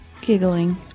giggling